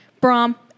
Brom